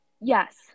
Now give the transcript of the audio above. yes